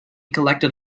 collected